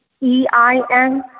E-I-N